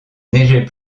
neigeait